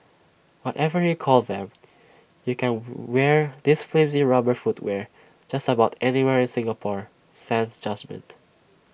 whatever you call them you can wear this flimsy rubber footwear just about anywhere in Singapore sans judgement